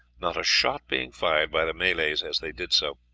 not a shot being fired by the malays as they did so.